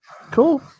cool